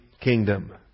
kingdom